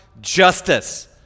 justice